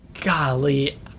golly